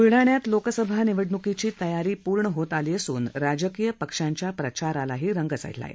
ब्लडाण्यात लोकसभा निवडण्कीची तयारी पूर्ण होत आली असून राजकीय पक्षांच्या प्रचारालाही रंग चढला आहे